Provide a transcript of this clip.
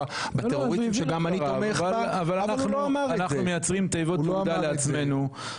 בטרוריסטים שגם אני תומך בה --- אנחנו מייצרים תיבות תהודה לעצמנו.